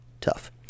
tough